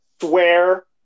swear